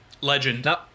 legend